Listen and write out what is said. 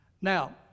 Now